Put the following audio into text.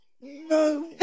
No